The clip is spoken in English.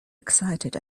excited